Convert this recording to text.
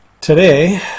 Today